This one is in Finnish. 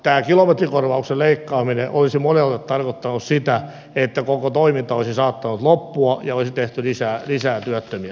tämä kilometrikorvauksen leikkaaminen olisi monelle tarkoittanut sitä että koko toiminta olisi saattanut loppua ja olisi tehty lisää työttömiä